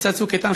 מבצע "צוק איתן",